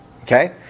Okay